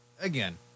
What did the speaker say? again